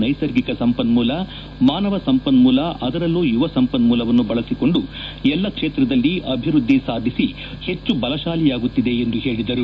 ನೈಸರ್ಗಿಕ ಸಂಪನ್ಮೂಲ ಮಾನವ ಸಂಪನ್ಮೂಲ ಅದರಲ್ಲೂ ಯುವ ಸಂಪನ್ಮೂಲವನ್ನು ಬಳಸಿಕೊಂಡು ಎಲ್ಲ ಕ್ಷೇತ್ರದಲ್ಲಿ ಅಭಿವೃದ್ದಿ ಸಾಧಿಸಿ ಹೆಚ್ಚು ಬಲಶಾಲಿಯಾಗುತ್ತಿದೆ ಎಂದು ಹೇಳದರು